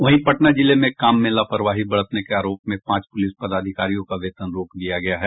वहीं पटना जिले में काम में लापरवाही बरतने के आरोप में पांच पुलिस पदाधिकारियों का वेतन रोक दिया गया है